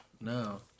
no